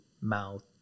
mouth